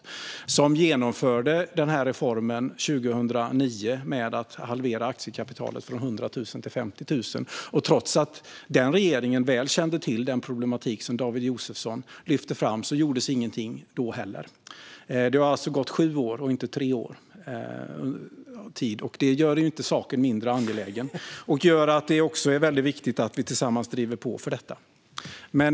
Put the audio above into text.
Alliansregeringen genomförde år 2009 reformen med att halvera aktiekapitalet från 100 000 till 50 000. Trots att den regeringen mycket väl kände till den problematik som David Josefsson lyfter fram gjordes ingenting då heller. Det har alltså gått sju år, inte tre år. Det gör inte saken mindre angelägen. Det är väldigt viktigt att vi tillsammans driver på för detta.